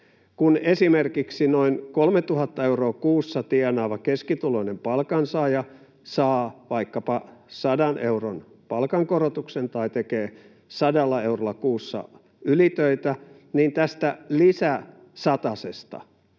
Kun esimerkiksi noin 3 000 euroa kuussa tienaava keskituloinen palkansaaja saa vaikkapa 100 euron palkankorotuksen tai tekee 100 eurolla kuussa ylitöitä, niin tästä lisäsatasesta